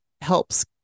helps